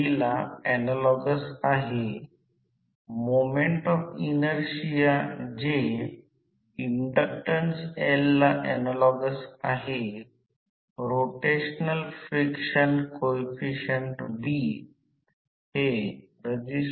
म्हणून या सोपा सर्किट परिणामाचा वापर करून सोप्या आणि सोप्या गोष्टी केल्यास या प्रकारची गणना अचूक होणार नाही कारण इंडक्शन मशीन साठी हे I0 खूप जास्त असेल तर ती 30 ते 50 असेल